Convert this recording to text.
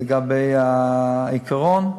לגבי העיקרון,